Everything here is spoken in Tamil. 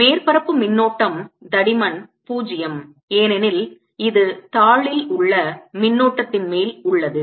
மேற்பரப்பு மின்னோட்டம் தடிமன் 0 ஏனெனில் இது தாளில் உள்ள மின்னோட்டத்தின் மேல் உள்ளது